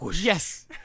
yes